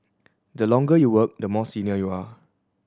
the longer you work the more senior you are